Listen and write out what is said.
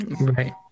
Right